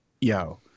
yo